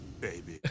baby